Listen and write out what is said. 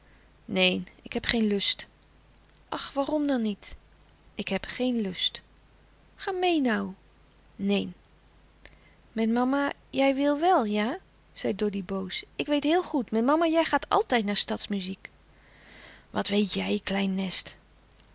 neen ik heb geen lust ach waarom dan niet ik heb geen lust louis couperus de stille kracht ga meê nou neen met mama jij wil wel ja zei doddy boos ik weet heel goed met mama jij gaat altijd naar stadsmuziek wat weet jij klein nest